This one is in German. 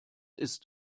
ist